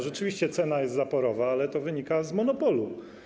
Rzeczywiście cena jest zaporowa, ale to wynika z monopolu.